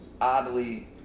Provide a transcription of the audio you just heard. Oddly